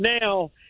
now